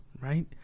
right